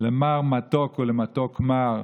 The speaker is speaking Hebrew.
למר מתוק ולמתוק מר.